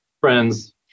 friends